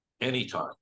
anytime